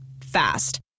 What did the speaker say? Fast